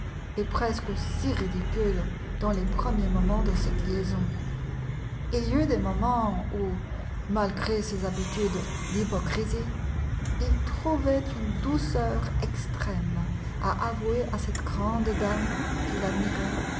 et presque si ridicule dans les premiers moments de cette liaison il y eut des moments où malgré ses habitudes d'hypocrisie il trouvait une douceur extrême à avouer à cette grande dame qui l'admirait